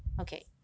Okay